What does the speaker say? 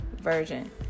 version